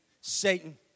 Satan